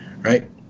Right